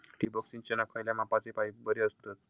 ठिबक सिंचनाक खयल्या मापाचे पाईप बरे असतत?